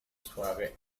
suabia